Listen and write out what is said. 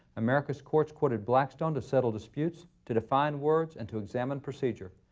america's courts quoted blackstone to settle disputes, to define words, and to examine procedure.